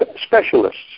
specialists